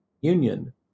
Union